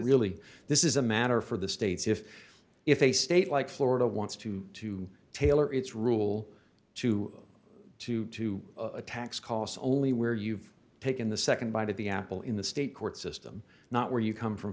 ally this is a matter for the states if if a state like florida wants to to tailor its rule to two to a tax costs only where you've taken the nd bite at the apple in the state court system not where you come from